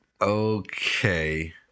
okay